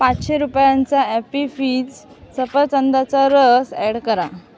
पाचशे रुपयांचा Appy Fizz सफरचंदाचा रस ॲड करा